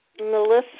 Melissa